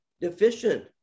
deficient